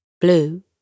blue